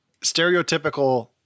stereotypical